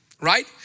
right